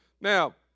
Now